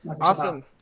Awesome